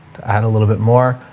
add a little bit more.